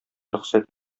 рөхсәт